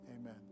Amen